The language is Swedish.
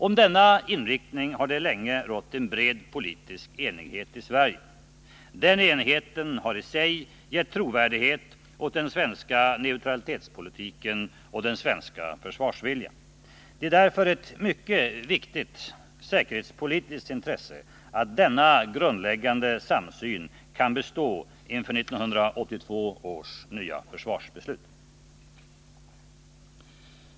Om denna inriktning har det länge rått en bred politisk enighet i Sverige. Denna enighet har gett trovärdighet åt den svenska neutralitetspolitiken och den svenska försvarsviljan. Det är därför ett viktigt säkerhetspolitiskt intresse att denna grundläggande samsyn kan bestå inför 1982 års försvarsbeslut.